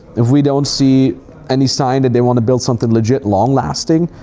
if we don't see any sign that they wanna build something legit long lasting,